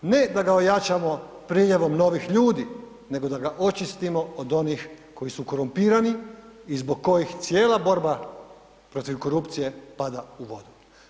Ne da ga ojačamo priljevom novih ljudi nego da ga očistimo od onih koji su korumpirani i zbog kojih cijela borba protiv korupcije pada u vodu.